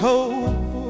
Hope